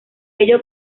ello